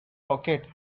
rocket